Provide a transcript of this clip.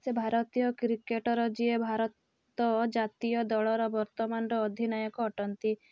ସେ ଭାରତୀୟ କ୍ରିକେଟ୍ର ଯିଏ ଭାରତ ଜାତୀୟ ଦଳର ବର୍ତ୍ତମାନର ଅଧିନୟକ ଅଟନ୍ତି